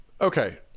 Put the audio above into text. Okay